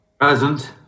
Present